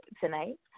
tonight